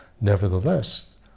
nevertheless